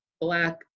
black